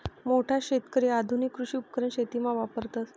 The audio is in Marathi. मोठा शेतकरी आधुनिक कृषी उपकरण शेतीमा वापरतस